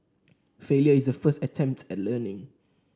failure is the first attempt at learning